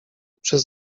przez